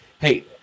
hey